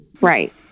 right